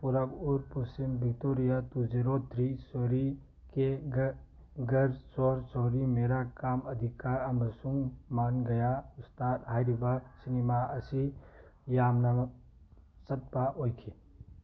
ꯄꯨꯔꯕ Aur Paschim Victoria two zero three ꯁꯣꯔꯤ ꯀꯦ ꯒꯔ ꯆꯣꯔ ꯆꯣꯔꯤ ꯄꯦꯔꯥ ꯀꯥꯝ ꯑꯗꯤꯀꯥꯔ ꯑꯃꯁꯨꯡ ꯃꯥꯟ ꯒꯌꯥ ꯎꯁꯇꯥꯠ ꯍꯥꯏꯔꯤꯕ ꯁꯤꯅꯦꯃꯥ ꯑꯁꯤ ꯑꯁꯤ ꯌꯥꯝꯅꯃꯛ ꯆꯠꯄ ꯑꯣꯏꯈꯤ